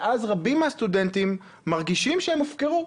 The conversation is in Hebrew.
ואז רבים מהסטודנטים מרגישים שהם הופקרו.